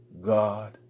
God